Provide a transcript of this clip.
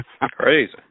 crazy